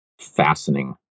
fastening